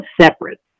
separate